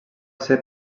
ser